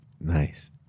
Nice